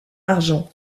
argent